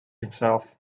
himself